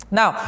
Now